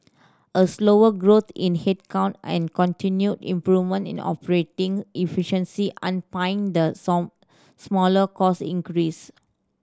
a slower growth in headcount and continued improvement in operating efficiency underpinned the smaller cost increase